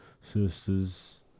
Sisters